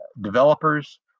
developers